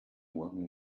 morgen